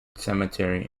cemetery